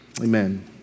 Amen